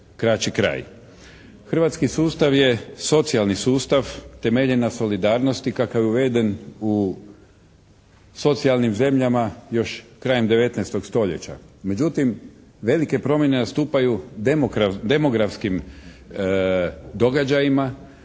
Hrvatski sustav je socijalni sustav temeljen na solidarnosti kakav je uveden u socijalnim zemljama još krajem 19. stoljeća. Međutim velike promjene nastupaju demografskim događajima